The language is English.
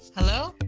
hello?